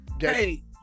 Hey